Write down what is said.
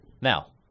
Now